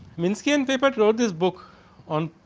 minsky and paper wrote this book on